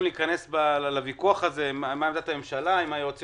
להיכנס לוויכוח הזה של מהי עמדת הממשלה,